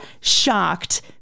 shocked